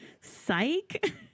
Psych